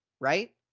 right